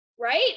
right